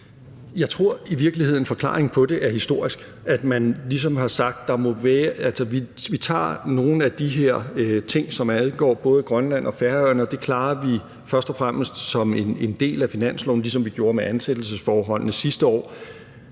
Jeg tror i virkeligheden, at forklaringen på det er historisk, nemlig at man ligesom har sagt, at nogle af de her ting, som angår både Grønland og Færøerne, klarer vi først og fremmest som en del af finansloven, ligesom vi gjorde med spørgsmålet om ansættelsesforholdene sidste år.